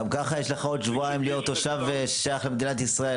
גם ככה יש לך עוד שבועיים להיות תושב ששייך למדינת ישראל.